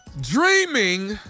Dreaming